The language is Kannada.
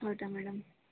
ಹೌದ ಮೇಡಮ್